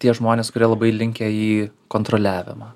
tie žmonės kurie labai linkę į kontroliavimą